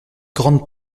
grandes